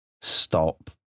stop